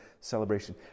celebration